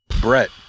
Brett